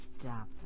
stop